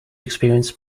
experience